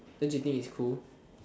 don't you think it's cool